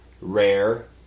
rare